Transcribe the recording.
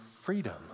freedom